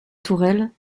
tourelle